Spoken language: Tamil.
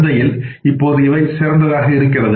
சந்தையில் இப்போது இவை சிறந்ததாக இருக்கிறது